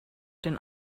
den